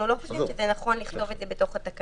אנחנו לא חושבים שזה נכון לכתוב את זה בתוך התקנות.